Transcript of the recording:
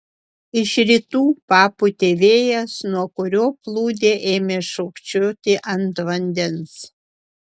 iš rytų papūtė vėjas nuo kurio plūdė ėmė šokčioti ant vandens